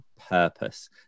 purpose